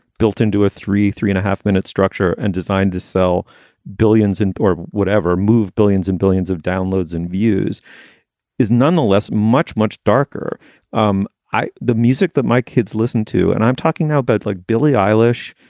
built into a three, three and a half minute structure and designed to sell billions in or whatever, move billions and billions of downloads and views is nonetheless much, much darker um than the music that my kids listen to. and i'm talking now about like billy eilish,